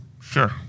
Sure